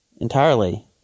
entirely